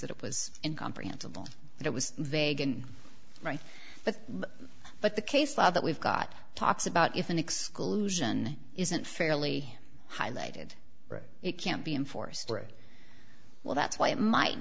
that it was in comprehensible it was vague and right but but the case law that we've got talks about if an exclusion isn't fairly highlighted it can't be enforced well that's why it might